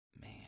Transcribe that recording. man